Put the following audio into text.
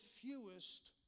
fewest